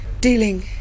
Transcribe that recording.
dealing